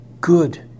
good